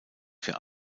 für